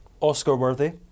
Oscar-worthy